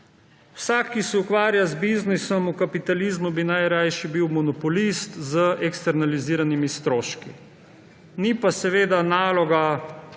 Vsak, ki se ukvarja z biznisom v kapitalizmu, bi najraje bil monopolist z eksternaliziranimi stroški. Ni pa naloga